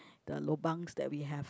the lobangs that we have